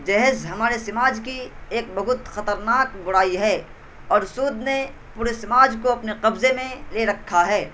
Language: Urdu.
جہیز ہمارے سماج کی ایک بہت خطرناک برائی ہے اور سود نے پورے سماج کو اپنے قبضے میں لے رکھا ہے